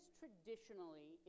traditionally